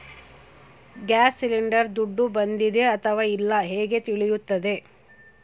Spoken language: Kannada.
ಗ್ಯಾಸ್ ಸಿಲಿಂಡರ್ ದುಡ್ಡು ಬಂದಿದೆ ಅಥವಾ ಇಲ್ಲ ಹೇಗೆ ತಿಳಿಯುತ್ತದೆ?